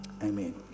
Amen